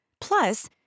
Plus